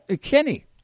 Kenny